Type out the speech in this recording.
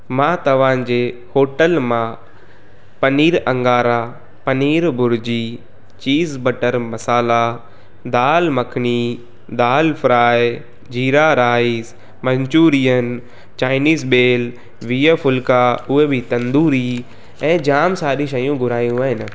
मां तव्हांजे होटल मां paneer angara paneer bhurji cheese butter masala dal makhani dal fry jeera rice Manchurian Chinese bhel वीह फुलिका उहे बि तंदूरी ऐं जामु सारियूं शयूं घुरायूं आहिनि